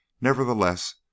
nevertheless